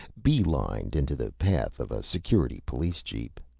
bee-lined into the path of a security police jeep.